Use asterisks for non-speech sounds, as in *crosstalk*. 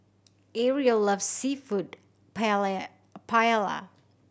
Areli loves Seafood *unintelligible* Paella